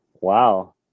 Wow